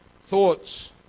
thoughts